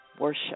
worship